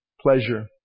pleasure